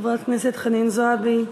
חברת הכנסת חנין זועבי.